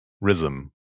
rhythm